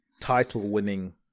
title-winning